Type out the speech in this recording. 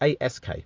ASK